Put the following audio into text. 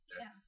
Yes